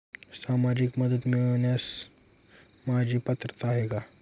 सामाजिक मदत मिळवण्यास माझी पात्रता आहे का?